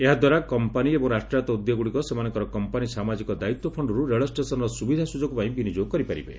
ଏହାଦ୍ୱାରା କମ୍ପାନୀ ଏବଂ ରାଷ୍ଟ୍ରାୟତ ଉଦ୍ୟୋଗଗୁଡ଼ିକ ସେମାନଙ୍କର କମ୍ପାନୀ ସାମାଜିକ ଦାୟିତ୍ୱ ଫଣ୍ଡରୁ ରେଳ ଷ୍ଟେସନ୍ର ସୁବିଧା ସୁଯୋଗ ପାଇଁ ବିନିଯୋଗ କରିପାରିବେ